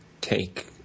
take